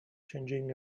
changing